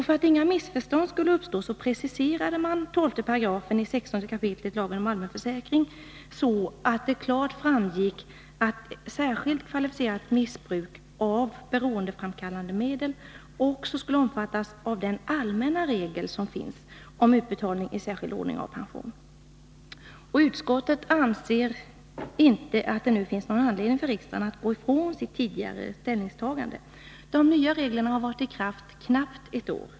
För att inga missförstånd skulle uppstå preciserades 16 kap. 12 § lagen om allmän försäkring så att det klart framgick att särskilt kvalificerat missbruk av beroendeframkallande medel också skulle omfattas av den allmänna regel som finns om utbetalning i särskild ordning av pension. Utskottet anser inte att det nu finns anledning för riksdagen att frångå sitt tidigare ställningstagande. De nya reglerna har varit i kraft knappt ett år.